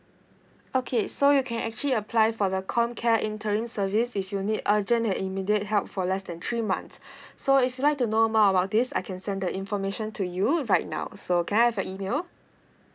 okay so you can actually apply for the com care interim service if you need urgent and immediate help for less than three months so if you like to know more about this I can send the information to you right now so can I have your email